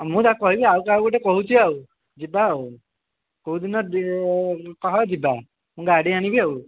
ମୁଁ ତାକୁ କହିବି ଆଉ କାହାକୁ ଗୋଟେ କହୁଛି ଆଉ ଯିବା ଆଉ କୋଉ ଦିନ କହ ଯିବା ମୁଁ ଗାଡ଼ି ଆଣିବି ଆଉ